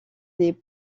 des